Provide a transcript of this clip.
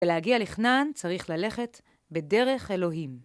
ולהגיע לכנען צריך ללכת בדרך אלוהים.